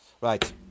Right